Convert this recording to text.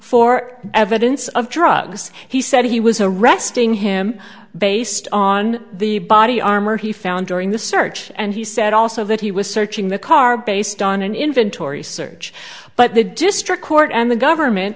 for evidence of drugs he said he was arresting him based on the body armor he found during the search and he said also that he was searching the car based on an inventory search but the district court and the government